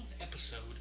episode